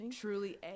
truly